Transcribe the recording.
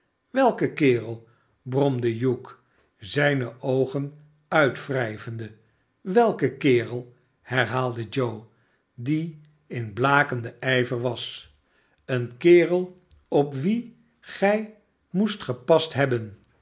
swelken kerel bromde hugh zijne oogen uitwrijvende welken kerel herhaalde joe die in blakenden ijver was een kerel op wien gij moest gepast hebben